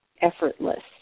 effortless